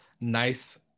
nice